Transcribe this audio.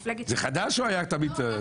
זה חדש או שהיה תמיד?